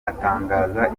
atangaza